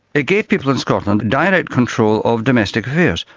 it gave people in scotland direct control of domestic affairs,